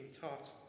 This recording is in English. taught